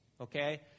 okay